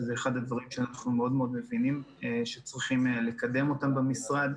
שזה אחד הדברים שאנחנו מבינים שצריך לקדם אותם במשרד.